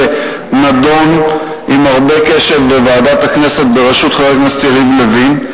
נדון עם הרבה קשב בוועדת הכנסת בראשות חבר הכנסת יריב לוין,